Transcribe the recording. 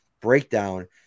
breakdown